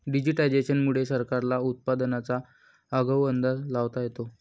digitisation मुळे सरकारला उत्पादनाचा आगाऊ अंदाज लावता येतो